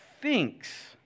thinks